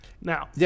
Now